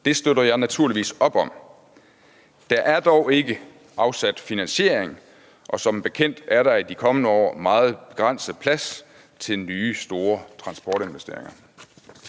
Det støtter jeg naturligvis op om. Der er dog ikke afsat finansiering, og som bekendt er der i de kommende år meget begrænset plads til nye store transportinvesteringer.